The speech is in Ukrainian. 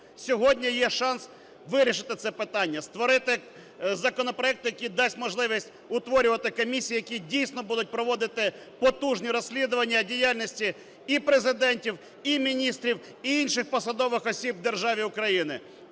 Сьогодні є шанс вирішити це питання, створити законопроект, який дасть можливість утворювати комісії, які, дійсно, будуть проводити потужні розслідування діяльності і президентів, і міністрів, і інших посадових осіб в державі Україна.